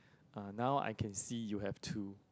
uh now I can see you have two